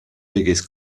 biggest